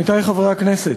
עמיתי חברי הכנסת,